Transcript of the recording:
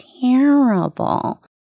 terrible